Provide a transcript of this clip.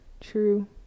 True